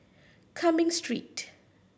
Cumming Street